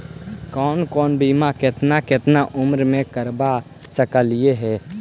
कौन कौन बिमा केतना केतना उम्र मे करबा सकली हे?